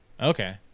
Okay